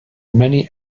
many